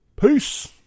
Peace